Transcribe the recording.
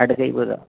हट गई वो रा